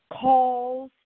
calls